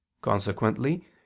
consequently